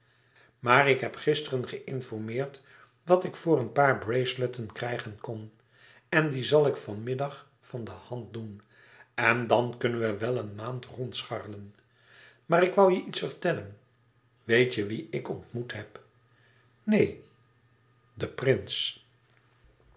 maar ik heb gisteren geïnformeerd wat ik voor een paar braceletten krijgen kon en die zal ik van middag van de hand doen en dan kunnen we wel een maand rondscharrelen maar ik woû je iets vertellen weet je wien ik ontmoet heb neen den prins